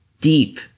deep